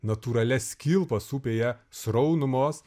natūralias kilpas upėje sraunumos